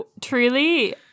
truly